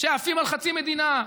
שעפים על חצי מדינה,